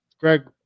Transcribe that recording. Greg